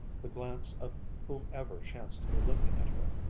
the glance of whomever chanced to be looking at her.